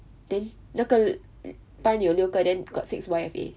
then 那个班有六个 then got six Y_F_As